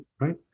right